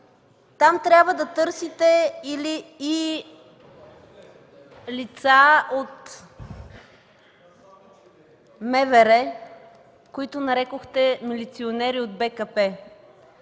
Там трябва да търсите и лица от МВР, които нарекохте милиционери от БКП.